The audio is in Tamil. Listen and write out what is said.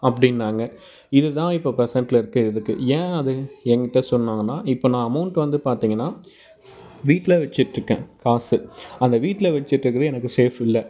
அப்படின்னாங்க இதுதான் இப்போ பர்சண்ட்டில இருக்கு இதுக்கு ஏன் அது எங்கிட்ட சொன்னாங்கன்னா இப்போ நான் அமௌண்ட் வந்து பார்த்தீங்கன்னா வீட்டில வச்சிட்டு இருக்கேன் காசு அந்த வீட்டில வச்சுகிட்டு இருக்கிறது எனக்கு சேஃப் இல்லை